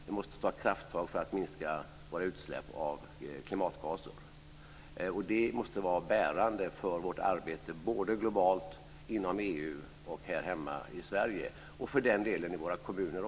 Vi måste ta krafttag för att minska våra utsläpp av klimatgaser. Det måste vara bärande för vårt arbete både globalt, inom EU och här hemma i Sverige, och för den delen också i våra kommuner.